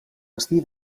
destí